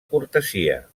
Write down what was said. cortesia